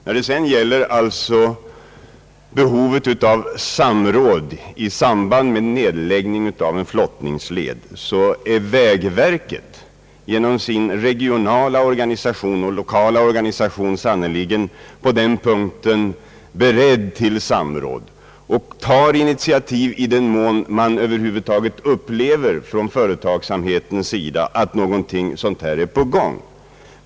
När det gäller behovet av samråd vid nedläggning av flottleder är vägverket genom sin regionala och lokala organisation på den punkten sannerligen berett till samråd. Vägverket tar också initiativ i den mån man finner att något sådant är på gång från företagsamhetens sida.